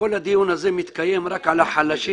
כל הדיון הזה מתקיים רק על החלשים,